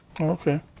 okay